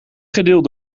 gedeeld